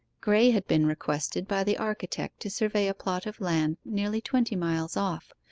graye had been requested by the architect to survey a plot of land nearly twenty miles off,